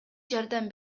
жардам